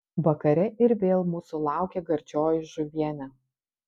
vakare ir vėl mūsų laukė gardžioji žuvienė